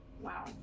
Wow